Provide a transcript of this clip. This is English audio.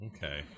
Okay